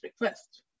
request